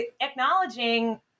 acknowledging